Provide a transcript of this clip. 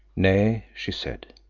nay, she said.